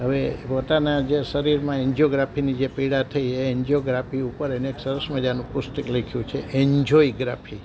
હવે પોતાના જે શરીરમાં એનજીઓગ્રાફીની જે પીડા થઈ એ એનજીઓગ્રાફી ઉપર એમણે એક સરસ મજાનું પુસ્તક લખ્યું છે એન્જોયગ્રાફી